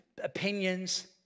Opinions